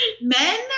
men